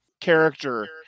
character